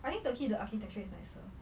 I think turkey the architecture is nicer